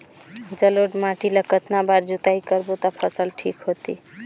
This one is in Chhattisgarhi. जलोढ़ माटी ला कतना बार जुताई करबो ता फसल ठीक होती?